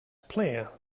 player